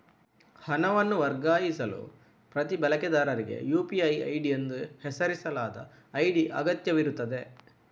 ಹಣವನ್ನು ವರ್ಗಾಯಿಸಲು ಪ್ರತಿ ಬಳಕೆದಾರರಿಗೆ ಯು.ಪಿ.ಐ ಐಡಿ ಎಂದು ಹೆಸರಿಸಲಾದ ಐಡಿ ಅಗತ್ಯವಿರುತ್ತದೆ